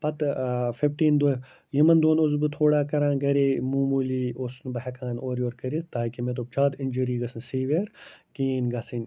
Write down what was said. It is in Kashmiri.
پَتہٕ فِفٹیٖن دۄہ یِمَن دۄہَن اوسُس بہٕ تھوڑا کَران گَرے معموٗلی اوسُس نہٕ بہٕ ہٮ۪کان اورٕ یورٕ کٔرِتھ تاکہِ مےٚ دوٚپ زیادٕ اِنجوٗری گٔژھ نہٕ سیٖویَر کِہیٖنۍ گَژھٕنۍ